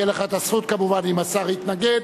תהיה לך הזכות, כמובן, אם השר יתנגד.